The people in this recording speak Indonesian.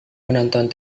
menonton